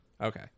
Okay